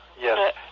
Yes